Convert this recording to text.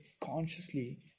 consciously